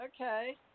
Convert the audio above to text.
Okay